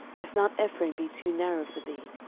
if mount ephraim be too narrow for thee.